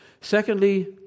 Secondly